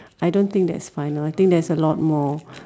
I don't think that's final I think there's a lot more